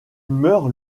meurt